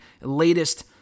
latest